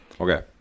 okay